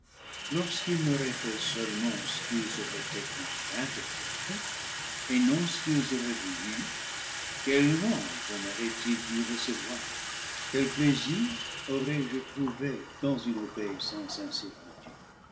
lorsqu'ils n'auraient fait seulement que ce qu'ils auraient été contraints de faire et non ce qu'ils auraient voulu quelle louange en auraient-ils pu recevoir quel plaisir aurais-je trouvé dans une